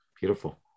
Beautiful